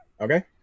Okay